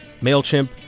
MailChimp